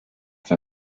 für